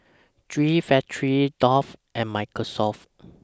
G Factory Dove and Microsoft